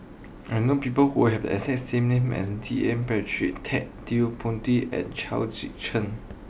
I know people who have the exact same name as D N Pritt Ted De Ponti and Chao Tzee Cheng